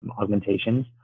augmentations